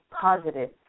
positive